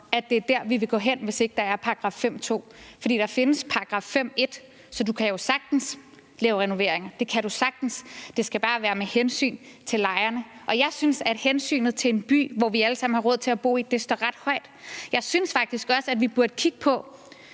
at det er dér, vi vil gå hen, hvis ikke der er § 5, stk. 2, for der findes § 5, stk. 1. Så du kan jo sagtens lave renoveringer – det kan du sagtens – det skal bare være under hensyn til lejerne. Og jeg synes, at hensynet til en by, hvor vi alle sammen har råd til at bo, står ret højt. Jeg synes faktisk, vi burde kigge på,